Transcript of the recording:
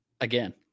Again